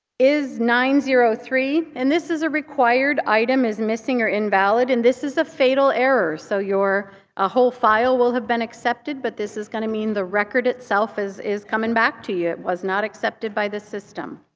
is nine hundred and three. and this is a required item is missing or invalid. and this is a fatal error. so your ah whole file will have been accepted. but this is going to mean the record itself is is coming back to you. it was not accepted by the system.